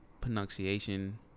pronunciation